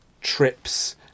trips